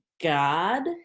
God